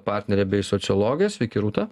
partnerė bei sociologė sveiki rūta